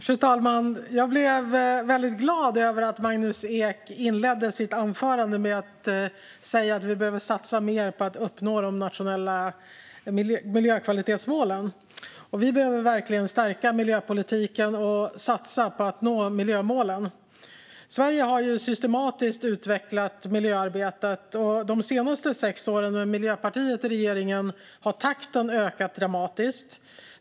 Fru talman! Jag blev väldigt glad över att Magnus Ek inledde sitt anförande med att säga att vi behöver satsa mer på att uppnå de nationella miljökvalitetsmålen. Vi behöver verkligen stärka miljöpolitiken och satsa på att nå miljömålen. Sverige har systematiskt utvecklat miljöarbetet. De senaste sex åren, med Miljöpartiet i regeringen, har takten ökat dramatiskt.